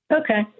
Okay